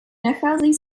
nacházejí